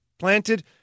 Planted